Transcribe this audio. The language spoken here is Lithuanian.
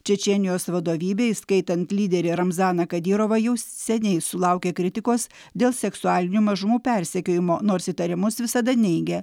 čečėnijos vadovybė įskaitant lyderį ramzaną kadirovą jau seniai sulaukė kritikos dėl seksualinių mažumų persekiojimo nors įtarimus visada neigė